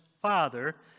father